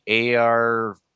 ar